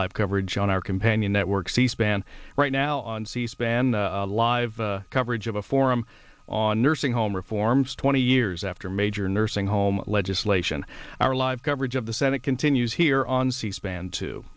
live coverage on our companion network c span right now on c span live coverage of a forum on nursing home reforms twenty years after major nursing home legislation our live coverage of the senate continues here on c span to